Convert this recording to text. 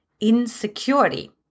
insecurity